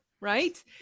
right